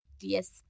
Yes